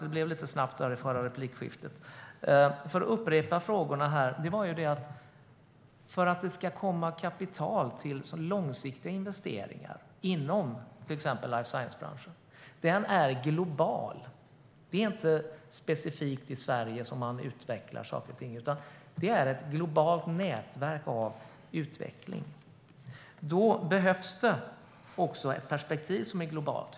Det gick lite snabbt i förra replikomgången, så jag upprepar frågorna. Det handlar om hur det ska komma kapital till långsiktiga investeringar inom till exempel life science-branschen, som är global. Det är inte specifikt i Sverige som man utvecklar saker och ting, utan det är ett globalt nätverk av utveckling. Då behövs det också ett perspektiv som är globalt.